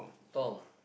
Tom